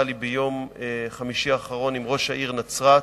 לי ביום חמישי האחרון עם ראש העיר נצרת,